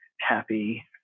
happy